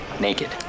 naked